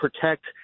protect